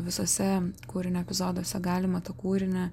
visuose kūrinio epizoduose galima tą kūrinį